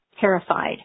terrified